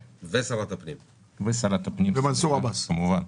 ושרת הפנים, כמובן.